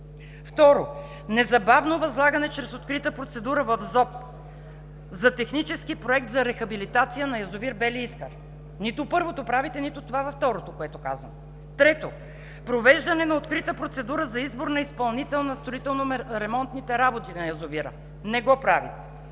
Второ, незабавно възлагане чрез открита процедура по ЗОП за технически проект за рехабилитация на язовир „Бели Искър“. Нито първото правите, нито второто, което казвам! Трето, провеждане на открита процедура за избор на изпълнител на строително-ремонтните работи на язовира. Не го правите!